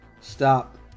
Stop